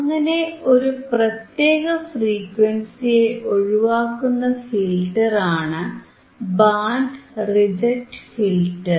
അങ്ങനെ ഒരു പ്രത്യേക ഫ്രീക്വൻസിയെ ഒഴിവാക്കുന്ന ഫിൽറ്ററാണ് ബാൻഡ് റിജക്ട് ഫിൽറ്റർ